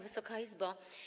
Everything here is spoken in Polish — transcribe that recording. Wysoka Izbo!